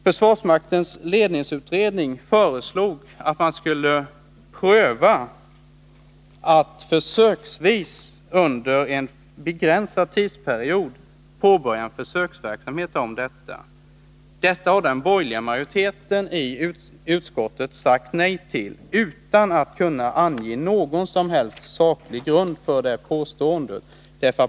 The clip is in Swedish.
Försvarsmaktens ledningsutredning föreslog att man under en begränsad tidsperiod skulle påbörja en försöksverksamhet i detta avseende. Detta har den borgerliga majoriteten i utskottet sagt nej till utan att kunna ange några som helst sakliga skäl härför.